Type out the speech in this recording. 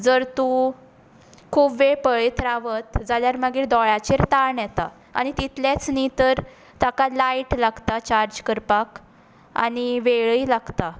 जर तूं खूब वेळ पळयत रावत जाल्यार मागीर दोळ्यांचेर ताण येता आनी तितलेंच न्ही तर ताका लायट लागता चार्ज करपाक आनी वेळय लागता